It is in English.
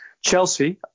Chelsea